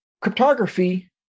cryptography